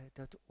dat